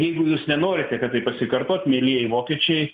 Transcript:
jeigu jūs nenorite kad tai pasikartotų mielieji vokiečiai